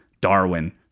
Darwin